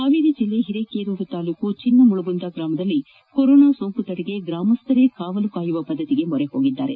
ಹಾವೇರಿ ಜಿಲ್ಲೆ ಹಿರೇಕೆರೂರು ತಾಲ್ಲೂಕಿನ ಚಿನ್ನಮುಳಗುಂದ ಗ್ರಾಮದಲ್ಲಿ ಕೊರೋನಾ ಸೋಂಕು ತಡೆಗೆ ಗ್ರಾಮಸ್ಥರು ಕಾವಲು ಕಾಯುವ ಪದ್ದತಿಗೆ ಮೊರೆ ಹೋಗಿದ್ದಾರೆ